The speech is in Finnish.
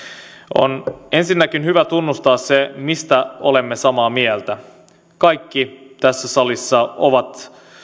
on ensinnäkin hyvä tunnustaa se mistä olemme samaa mieltä kaikki tässä salissa ovat